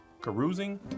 Carousing